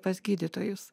pas gydytojus